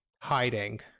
hiding